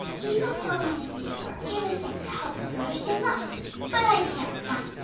eva, pauline, and theodore gave us things to help us understand love but i can't find